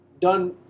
done